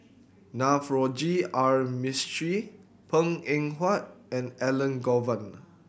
Navroji R Mistri Png Eng Huat and Elangovan